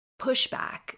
pushback